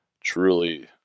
truly